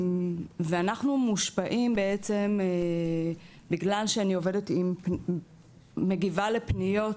ואנחנו מושפעים בעצם בגלל שאני מגיבה לפניות